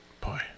Boy